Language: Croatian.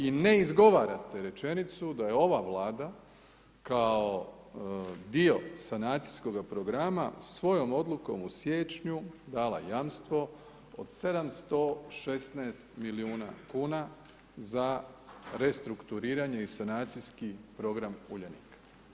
I ne izgovarate rečenicu da je ova Vlada kao dio sanacijskoga programa svojom odlukom u siječnju dala jamstvo od 716 milijuna kuna za restrukturiranje i sanacijski program Uljanika.